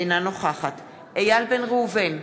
אינה נוכחת איל בן ראובן,